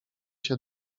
się